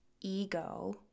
ego